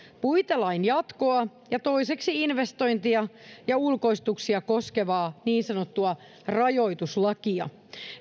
puitelain jatkoa ja toiseksi investointeja ja ulkoistuksia koskevaa niin sanottua rajoituslakia